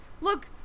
Look